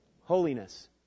holiness